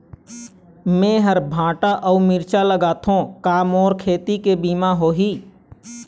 मेहर भांटा अऊ मिरचा लगाथो का मोर खेती के बीमा होही?